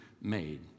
made